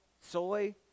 soy